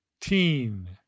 teen